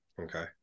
Okay